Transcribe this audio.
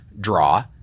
draw